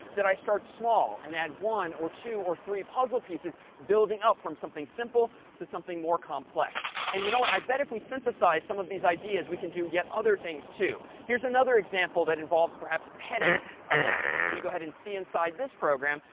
i start small and add one or two or three puzzle pieces, building up from something simple to something more complex. and you know what? i bet if we synthesize some of these ideas, we can do yet other things too. here's another example that involves, perhaps, petting a cat. let me go ahead and see inside this program.